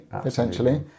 potentially